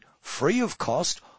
free-of-cost